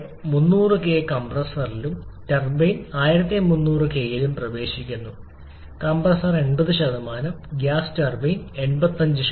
air 300K കംപ്രസ്സറിലും turbine 1300 Kയിലും പ്രവേശിക്കുന്നു കംപ്രസ്സർ 80 ഗ്യാസ് ടർബൈൻ 85